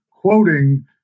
quoting